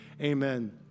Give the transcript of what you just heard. Amen